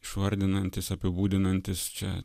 išvardinantis apibūdinantis čia